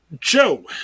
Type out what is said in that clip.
Joe